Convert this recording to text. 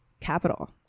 Capital